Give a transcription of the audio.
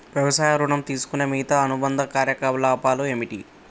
వ్యవసాయ ఋణం తీసుకునే మిగితా అనుబంధ కార్యకలాపాలు ఏమిటి?